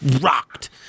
rocked